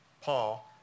Paul